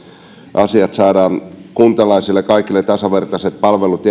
asiat saadaan järjestettyä kuntalaisille ja kaikille tasavertaiset palvelut